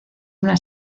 una